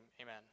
Amen